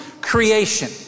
creation